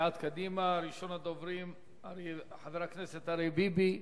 סיעת קדימה, ראשון הדוברים, חבר הכנסת אריה ביבי.